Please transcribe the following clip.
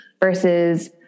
versus